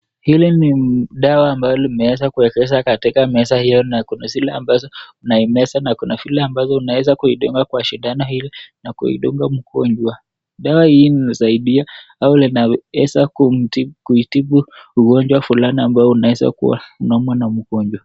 Hili ni dawa ambalo limeweza kuekeza katika meza hiyo na kuna zile ambazo unaimeza na kuna zile ambazo unaeza kuidunga kwa sindano hili na kuidunga mgonjwa. Dawa hii inasaidia ama linaweza kuuitibu ugonjwa fulani ambao unaeza kuwa unaumwa na mgonjwa.